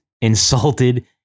insulted